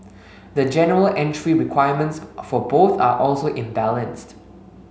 the general entry requirements for both are also imbalanced